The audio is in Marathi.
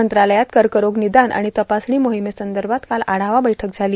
मंत्रालयात कर्करोग निदान आणि तपासणी मोहीमेसंदर्भात काल आढावा बैठक झाली